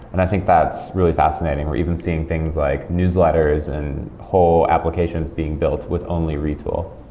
and i think that's really fascinating. we're even seeing things like newsletters and whole applications being built with only retool